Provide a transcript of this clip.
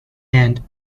and